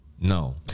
No